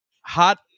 Hot